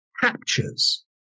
captures